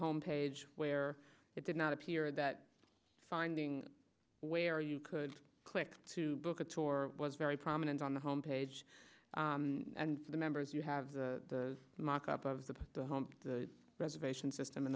home page where it did not appear that finding where you could click to book at tor was very prominent on the home page and the members you have the mockup of the home the reservation system in